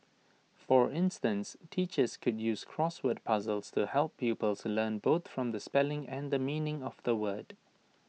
for instance teachers could use crossword puzzles to help pupils learn both the spelling and the meaning of the word